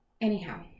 Anyhow